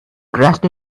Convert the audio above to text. crashed